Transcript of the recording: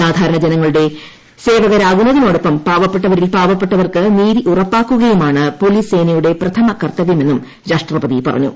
സാധാരണ ജനങ്ങളുടെ സേവരാകുന്നതിനോടൊപ്പം പാവപ്പെട്ടവരിൽ പാവപ്പെട്ടവർക്ക് നീതി ഉറപ്പാക്കുകയുമാണ് പോലീസ് സേനയുടെ പ്രഥമ കർത്തവൃം എന്നും രാഷ്ട്രപതി പറഞ്ഞു